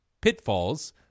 pitfalls